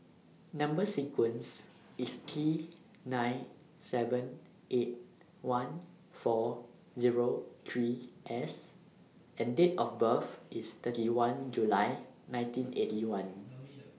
Number sequence IS T nine seven eight one four Zero three S and Date of birth IS thirty one July nineteen Eighty One